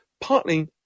partly